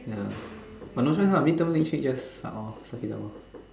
ya but no choice ah mid term next week just suck orh suck it up orh